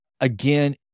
Again